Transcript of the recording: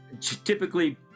typically